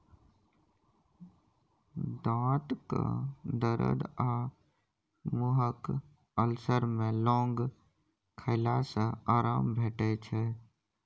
दाँतक दरद आ मुँहक अल्सर मे लौंग खेला सँ आराम भेटै छै